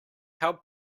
how